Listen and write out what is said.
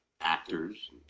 actors